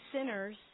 sinners